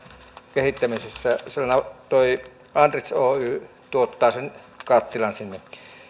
kehittämisessä tehdään siinä tuo andritz oy tuottaa sen kattilan sinne